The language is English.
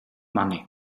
money